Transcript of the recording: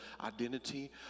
identity